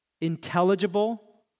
intelligible